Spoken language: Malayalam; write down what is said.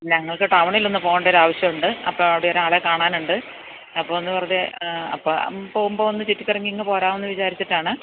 ഞങ്ങള്ക്ക് ടൗണിലൊന്നു പോകേണ്ടൊരു ആവശ്യമുണ്ട് അപ്പോള് അവിടെ ഒരാളെ കാണാനുണ്ട് അപ്പോള് ഒന്ന്ു വെറുതെ അപ്പോള് പോകുമ്പോള് ഒന്നു ചുറ്റിക്കറങ്ങിയിങ്ങു പോരാമെന്നു വിചാരിച്ചിട്ടാണ്